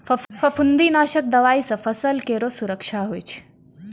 फफूंदी नाशक दवाई सँ फसल केरो सुरक्षा होय छै